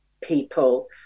people